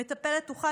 המטפלת תוכל,